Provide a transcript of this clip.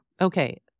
Okay